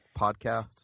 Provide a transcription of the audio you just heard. podcast